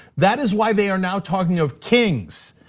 that is why they are now talking of kings,